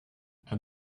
and